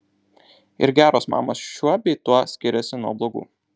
ir geros mamos šiuo bei tuo skiriasi nuo blogų